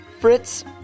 Fritz